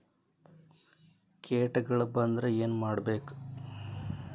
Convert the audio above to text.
ಕೇಟಗಳ ಬಂದ್ರ ಏನ್ ಮಾಡ್ಬೇಕ್?